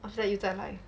after that 又再来